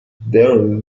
darren